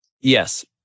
yes